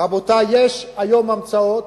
רבותי, יש היום המצאות